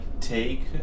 take